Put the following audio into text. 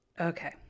Okay